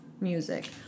music